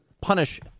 punish